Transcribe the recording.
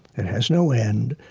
it has no end,